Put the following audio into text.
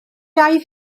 aeth